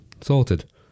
Sorted